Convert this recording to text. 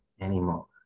anymore